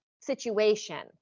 situation